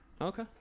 Okay